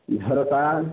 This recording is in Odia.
ଝରକା